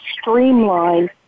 streamline